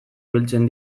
biltzen